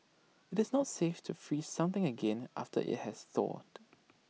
IT is not safe to freeze something again after IT has thawed